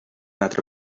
altre